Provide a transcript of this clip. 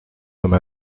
comme